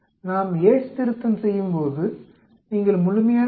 நாம் யேட்ஸ் திருத்தம் செய்யும்போது நீங்கள் முழுமையான மதிப்பை எடுத்து 0